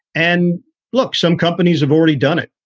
and look, some companies have already done it.